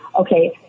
okay